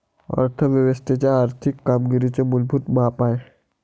अर्थ व्यवस्थेच्या आर्थिक कामगिरीचे मूलभूत माप आहे